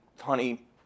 honey